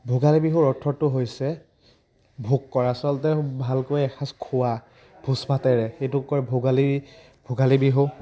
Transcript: ভোগালী বিহুৰ অৰ্থটো হৈছে ভোগ কৰা আচলতে ভালকৈ এসাঁজ খোৱা ভোজ ভাতেৰে সেইটোক কয় ভোগালী ভোগালী বিহু